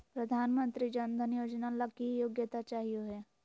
प्रधानमंत्री जन धन योजना ला की योग्यता चाहियो हे?